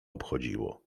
obchodziło